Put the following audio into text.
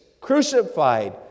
crucified